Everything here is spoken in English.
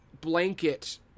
blanket